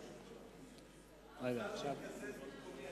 משתתף בהצבעה